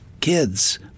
kids